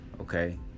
okay